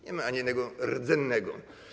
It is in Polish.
Nie ma ani jednego rdzennego.